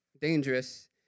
dangerous